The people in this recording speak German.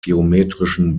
geometrischen